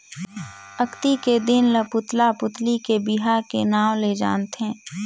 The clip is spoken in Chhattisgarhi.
अक्ती के दिन ल पुतला पुतली के बिहा के नांव ले जानथें